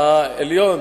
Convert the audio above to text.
בית-המשפט העליון